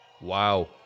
Wow